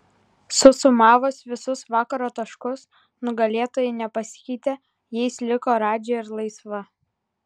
susumavus visus vakaro taškus nugalėtojai nepasikeitė jais liko radži ir laisva